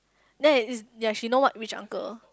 then it is ya she know what which uncle